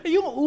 Yung